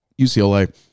UCLA